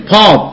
Paul